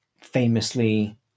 famously